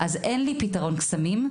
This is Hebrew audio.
אז אין לי פתרון קסמים,